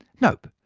nope,